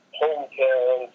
hometown